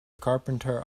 carpenter